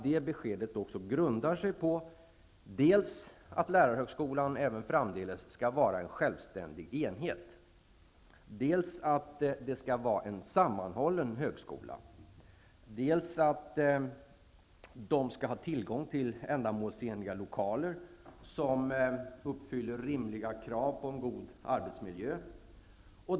Det beskedet bör grunda sig på dels att lärarhögskolan även framdeles skall vara en självständig enhet, dels att den skall vara en sammanhållen högskola och dels att man skall ha tillgång till ändamålsenliga lokaler, som uppfyller rimliga krav på en god arbetsmiljö.